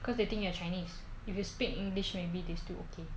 cause they think you are chinese if you speak english maybe they still okay